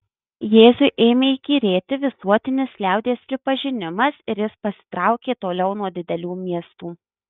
jėzui ėmė įkyrėti visuotinis liaudies pripažinimas ir jis pasitraukė toliau nuo didelių miestų